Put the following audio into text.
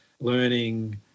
learning